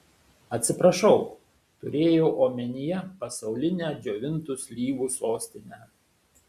atsiprašau turėjau omenyje pasaulinę džiovintų slyvų sostinę